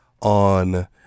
on